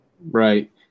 right